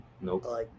Nope